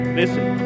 listen